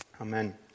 Amen